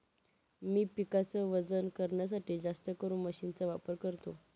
मी पिकाच वजन करण्यासाठी जास्तकरून मशीन चा वापर करतो